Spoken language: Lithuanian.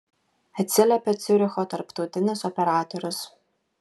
atsiliepė ciuricho tarptautinis operatorius